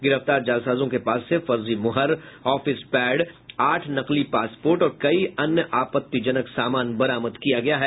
गिरफ्तार जालसाजों के पास से फर्जी मुहर ऑफीस पैड आठ नकली पासपोर्ट और कई अन्य आपत्तिजनक समान बरामद किया गया है